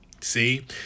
See